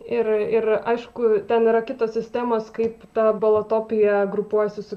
ir ir aišku ten yra kitos sistemos kaip ta balotopija grupuojasi su